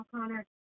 Connor